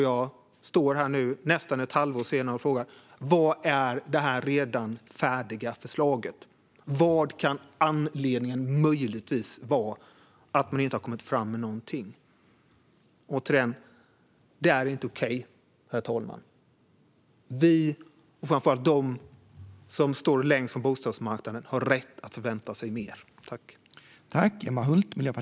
Nu står jag här nästan ett halvår senare och frågar: Var är det redan färdiga förslaget? Vad kan anledningen möjligtvis vara till att man inte har kommit fram med någonting? Återigen: Detta är inte okej, herr talman. Vi, men framför allt de som står långt ifrån bostadsmarknaden, har rätt att förvänta sig mer.